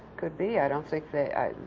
could be. i don't think they.